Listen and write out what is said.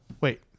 Wait